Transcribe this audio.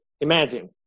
Imagine